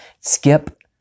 Skip